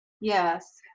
Yes